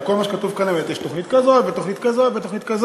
דרך אגב,